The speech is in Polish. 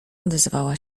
odezwała